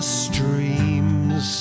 streams